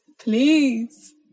please